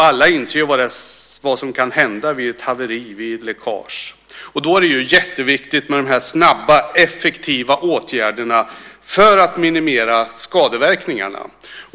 Alla inser vad som kan hända vid ett haveri och ett läckage. Då är det jätteviktigt med de snabba, effektiva åtgärderna, för att minimera skadeverkningarna.